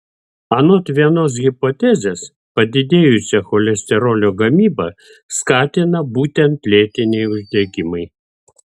anot vienos hipotezės padidėjusią cholesterolio gamybą skatina būtent lėtiniai uždegimai